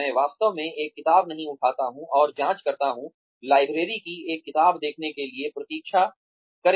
मैं वास्तव में एक किताब नहीं उठाता हूँ और जांच करता हूँ लाइब्रेरी से एक किताब देखने के लिए प्रतीक्षा करें